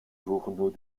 journaux